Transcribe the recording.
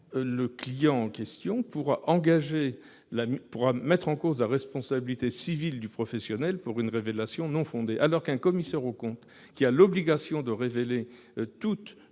le client concerné pourra alors mettre en cause la responsabilité civile du professionnel pour une révélation non fondée. En revanche, un commissaire aux comptes, qui a l'obligation de révéler toute